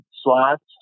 slots